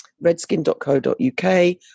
redskin.co.uk